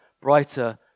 brighter